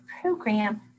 program